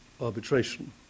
arbitration